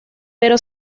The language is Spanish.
pero